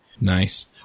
Nice